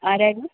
ആരായിരുന്നു